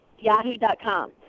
Yahoo.com